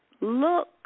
Look